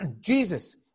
Jesus